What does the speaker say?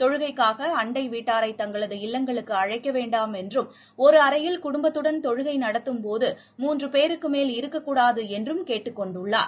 தொழுகைக்காக அண்டை வீட்டாரை தங்களது இல்லங்களுக்கு அழைக்க வேண்டாம் என்றும் ஒரு அறையில் குடும்பத்துடன் தொழுகை நடத்தும் போது மூன்று பேருக்கு மேல் இருக்கக்கூடாது என்றும் கேட்டுக் கொண்டுள்ளார்